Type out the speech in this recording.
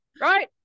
Right